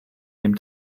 dem